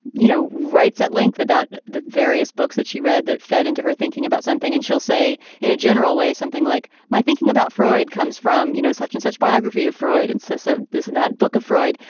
you know, writes at length about the various books that she read that fed into her thinking about something. and she'll say in a general way, something like my thinking about freud comes from, you know, such and such biography of freud. and so so this and that book of freud.